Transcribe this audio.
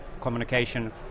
communication